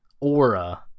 aura